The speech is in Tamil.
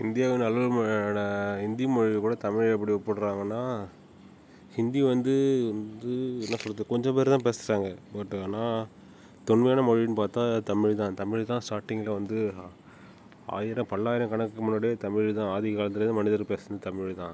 இந்தியாவின் அலுவல்மொழியான ஹிந்தி மொழி கூட தமிழ எப்படி ஒப்பிடுறாங்கன்னா ஹிந்தி வந்து வந்து வந்து என்ன சொல்லுறது கொஞ்ச பேர் தான் பேசுறாங்க பட் ஆனால் தொன்மையான மொழின்னு பார்த்தா தமிழ் தான் தமிழ் தான் ஸ்டார்டிங்கில வந்து ஆயிரம் பல்லாயிரம் கணக்குக்கு முன்னடியே தமிழ் தான் ஆதி காலத்துலந்து மனிதர் பேசுனது தமிழ் தான்